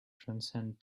transcend